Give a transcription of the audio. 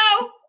No